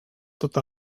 tot